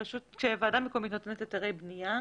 כשוועדה מקומית נותנת היתרי בנייה,